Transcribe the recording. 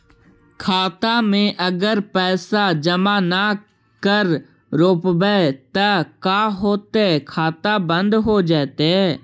खाता मे अगर पैसा जमा न कर रोपबै त का होतै खाता बन्द हो जैतै?